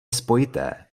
spojité